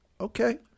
Okay